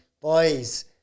boys